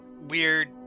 weird